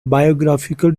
biographical